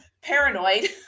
paranoid